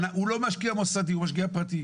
הוא לא משקיע מוסדי, הוא משקיע פרטי.